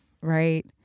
right